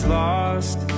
lost